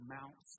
Mount